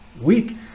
week